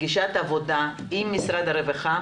עבודה עם משרד הרווחה